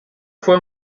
fue